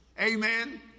Amen